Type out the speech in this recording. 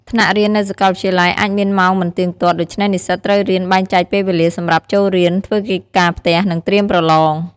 ថ្នាក់រៀននៅសាកលវិទ្យាល័យអាចមានម៉ោងមិនទៀងទាត់ ដូច្នេះនិស្សិតត្រូវរៀនបែងចែកពេលវេលាសម្រាប់ចូលរៀន ធ្វើកិច្ចការផ្ទះ និងត្រៀមប្រឡង។